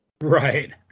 Right